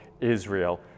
Israel